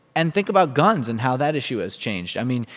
and think about guns and how that issue has changed. i mean,